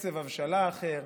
וקצב הבשלה אחר,